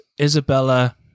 Isabella